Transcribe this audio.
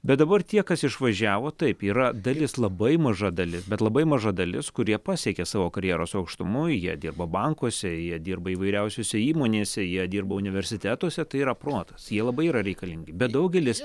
bet dabar tie kas išvažiavo taip yra dalis labai maža dalis bet labai maža dalis kurie pasiekė savo karjeros aukštumų jie dirba bankuose jie dirba įvairiausiose įmonėse jie dirba universitetuose tai yra protas jie labai yra reikalingi bet daugelis